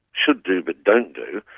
should do but don't do,